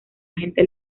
agente